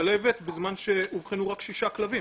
מכלבת בזמן שאובחנו רק שישה כלבים